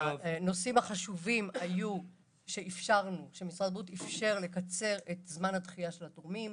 הנושאים החשובים היו שמשרד הבריאות אפשר לקצר את זמן הדחייה של התורמים.